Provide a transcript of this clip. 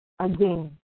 again